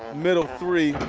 middle three